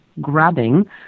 grabbing